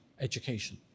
education